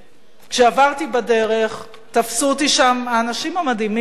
כשעברתי בדרך תפסו אותי שם האנשים המדהימים האלה